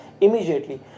immediately